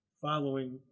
following